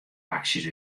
aksjes